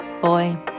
boy